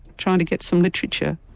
trying to get some literature,